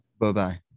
bye-bye